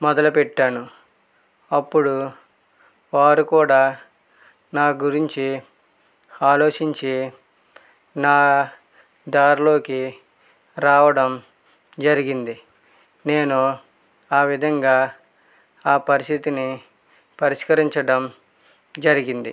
మొదలుపెట్టాను అప్పుడు వారు కూడా నా గురించి ఆలోచించి నా దారిలోకి రావడం జరిగింది నేను ఆ విధంగా ఆ పరిస్థితిని పరిష్కరించడం జరిగింది